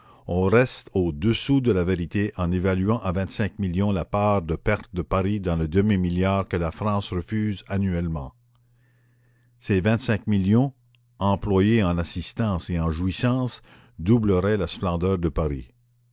on reste au-dessous de la vérité en évaluant à vingt-cinq millions la part de perte de paris dans le demi milliard que la france refuse annuellement ces vingt-cinq millions employés en assistance et en jouissance doubleraient la splendeur de paris